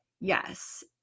Yes